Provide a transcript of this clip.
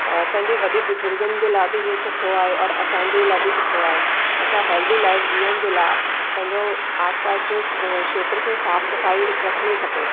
पंहिंजे वॾे बुज़ुर्गनि जा लाइ बि इहे सुठो आहे ओर असांजे लाइ बि इहो सुठो आहे असां हैल्दी लाइफ़ जीअण जे लाइ पंहिंजो आसपास जो खेत्र खे साफ़ सफ़ाई रखणी खपे